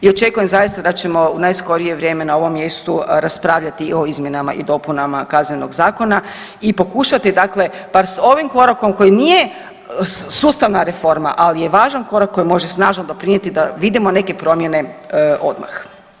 I očekujem zaista da ćemo u najskorije vrijeme na ovom mjestu raspravljati o izmjenama i dopunama Kaznenoga zakona i pokušati dakle bar s ovim korakom koji nije sustavna reforma, ali je važan korak koji može snažno doprinijeti da vidimo neke promjene odmah.